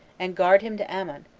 and guard him to amon,